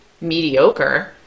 mediocre